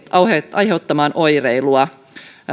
aiheuttamaan oireilua